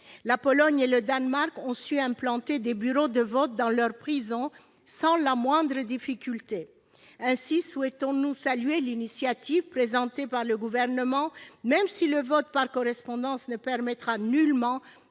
La Pologne et le Danemark ont su implanter des bureaux de vote dans leurs prisons, sans la moindre difficulté. Ainsi souhaitons-nous saluer l'initiative présentée par le Gouvernement, même si le vote par correspondance ne permettra nullement